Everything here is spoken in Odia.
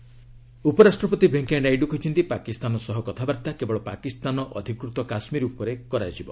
ନାଇଡୁ ଜେ କେ ସରପଞ୍ଚ ଉପରାଷ୍ଟ୍ରପତି ଭେଙ୍କୟା ନାଇଡୁ କହିଛନ୍ତି ପାକିସ୍ତାନ ସହ କଥାବାର୍ତ୍ତା କେବଳ ପାକିସ୍ତାନ ଅଧିକୃତ କାଶ୍ମୀର ଉପରେ କରାଯିବ